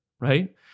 right